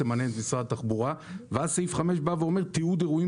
מעלה משרד התחבורה ואז סעיף (5) בא ואומר תיעוד אירועים